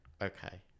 Okay